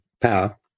power